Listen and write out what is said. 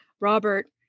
Robert